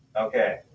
Okay